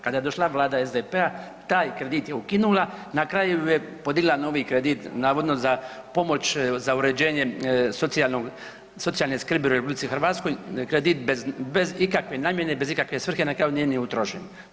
Kada je došla Vlada SDP-a taj kredit je ukinula, na kraju je podigla novi kredit navodno za pomoć za uređenje socijalnog, socijalne skrbi u RH, kredit bez, bez ikakve namjene, bez ikakve svrhe, na kraju nije ni utrošen.